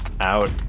out